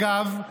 אגב,